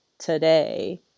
today